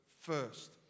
first